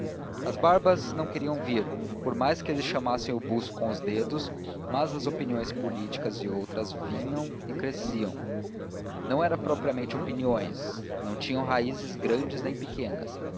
as barbas não queriam vir por mais que eles chamassem o buço com os dedos mas as opiniões políticas e outras vinham e cresciam não eram propriamente opiniões não tinham raízes grandes nem pequenas